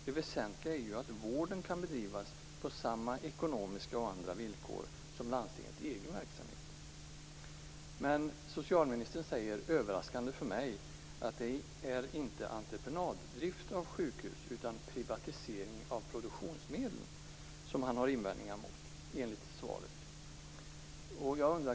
Det väsentliga är ju att vården kan bedrivas på samma ekonomiska och andra villkor som landstingets egen verksamhet. Socialministern säger i sitt svar, överraskande för mig, att det inte är entreprenaddrift av sjukhus utan privatisering av produktionsmedlen som han har invändningar mot.